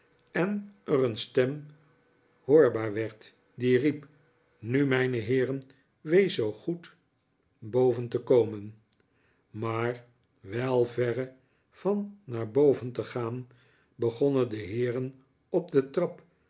en er een stem hoorbaar werd die riep nu mijne heeren weest zoo goed boven te komen maar wel verre van naar boven te gaan begonnen de heeren op de trap